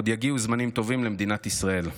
עוד יגיעו זמנים טובים למדינת ישראל.